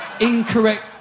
incorrect